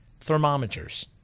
thermometers